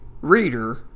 reader